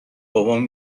بابام